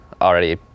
Already